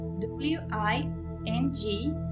w-i-n-g